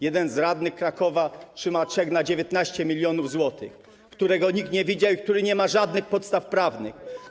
Jeden z radnych Krakowa trzyma czek na 19 mln zł, którego nikt nie widział i który nie ma żadnych podstaw prawnych.